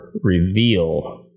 reveal